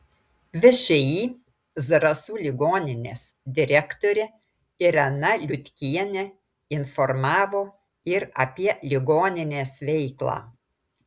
všį zarasų ligoninės direktorė irena liutkienė informavo ir apie ligoninės veiklą